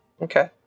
Okay